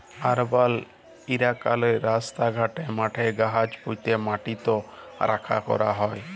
আরবাল ইলাকাললে রাস্তা ঘাটে, মাঠে গাহাচ প্যুঁতে ম্যাটিট রখ্যা ক্যরা হ্যয়